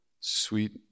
sweet